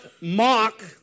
mock